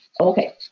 Okay